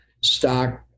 stock